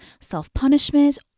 self-punishment